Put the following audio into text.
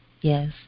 yes